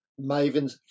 Mavens